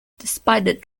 despite